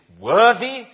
worthy